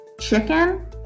Chicken